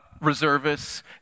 reservists